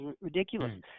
ridiculous